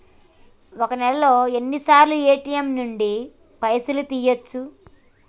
ఒక్క నెలలో ఎన్నిసార్లు ఏ.టి.ఎమ్ నుండి పైసలు తీయచ్చు?